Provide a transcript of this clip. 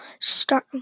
start